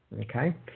Okay